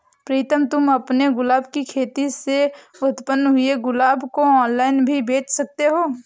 प्रीतम तुम अपने गुलाब की खेती से उत्पन्न हुए गुलाब को ऑनलाइन भी बेंच सकते हो